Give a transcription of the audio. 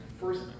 first